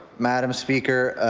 madam speaker